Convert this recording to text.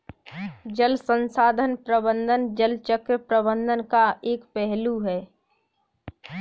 जल संसाधन प्रबंधन जल चक्र प्रबंधन का एक पहलू है